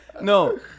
No